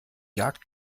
jagd